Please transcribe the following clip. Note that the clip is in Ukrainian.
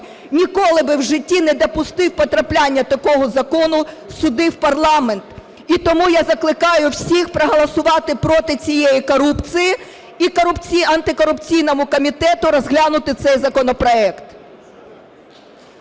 ніколи би в житті не допустив потрапляння такого закону сюди, в парламент. І тому я закликаю всіх проголосувати проти цієї корупції, і антикорупційному комітету розглянути цей законопроект.